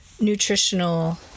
nutritional